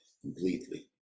completely